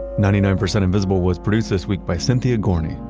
ninety nine percent invisible was produced this week by cynthia gorney,